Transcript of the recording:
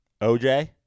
OJ